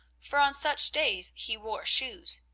for on such days he wore shoes.